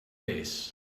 pace